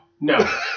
No